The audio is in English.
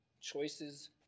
choices